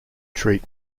treat